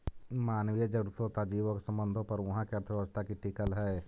मानवीय जरूरतों तथा जीवों के संबंधों पर उहाँ के अर्थव्यवस्था टिकल हई